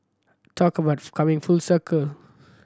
talk about coming full circle